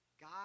God